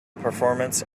performance